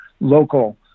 local